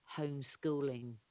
homeschooling